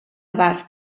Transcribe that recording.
vast